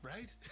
Right